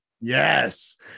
Yes